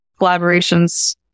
collaborations